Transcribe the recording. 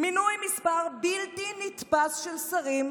מינוי מספר בלתי נתפס של שרים,